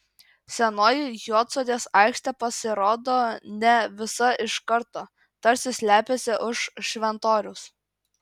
senoji juodsodės aikštė pasirodo ne visa iš karto tarsi slepiasi už šventoriaus